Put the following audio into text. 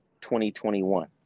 2021